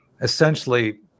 essentially